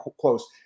close